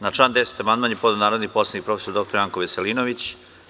Na član 10. amandman je podneo narodni poslanik prof. dr Janko Veselinović.